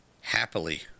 happily